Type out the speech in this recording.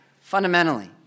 Fundamentally